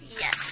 Yes